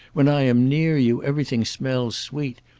when i am near you, everything smells sweet.